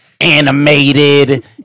animated